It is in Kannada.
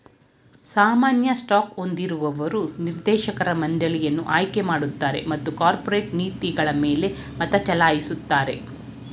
ಸಾಮಾನ್ಯ ಸ್ಟಾಕ್ ಹೊಂದಿರುವವರು ನಿರ್ದೇಶಕರ ಮಂಡಳಿಯನ್ನ ಆಯ್ಕೆಮಾಡುತ್ತಾರೆ ಮತ್ತು ಕಾರ್ಪೊರೇಟ್ ನೀತಿಗಳಮೇಲೆ ಮತಚಲಾಯಿಸುತ್ತಾರೆ